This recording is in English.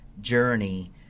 journey